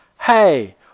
hey